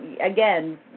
again